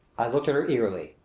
i looked at her eagerly.